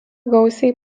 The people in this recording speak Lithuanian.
gausiai